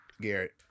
Garrett